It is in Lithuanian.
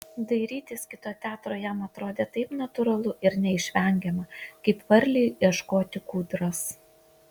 dairytis kito teatro jam atrodė taip natūralu ir neišvengiama kaip varlei ieškoti kūdros